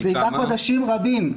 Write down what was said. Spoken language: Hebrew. זה ייקח חודשים רבים.